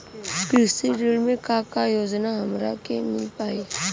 कृषि ऋण मे का का योजना हमरा के मिल पाई?